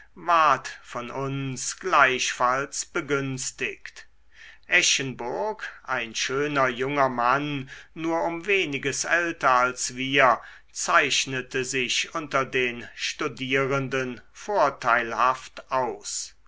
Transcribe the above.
von uns gleichfalls begünstigt eschenburg ein schöner junger mann nur um weniges älter als wir zeichnete sich unter den studierenden vorteilhaft aus